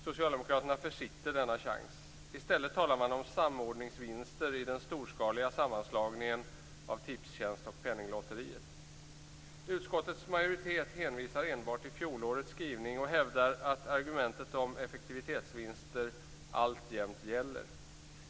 Socialdemokraterna försitter denna chans. I stället talar man om samordningsvinster i den storskaliga sammanslagningen av Tipstjänst och Penninglotteriet. Utskottets majoritet hänvisar enbart till fjolårets skrivning och hävdar att argumentet om effektivitetsvinster alltjämt gäller.